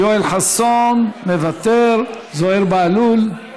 יואל חסון, מוותר, זוהיר בהלול,